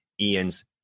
ian's